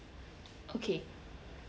okay